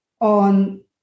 on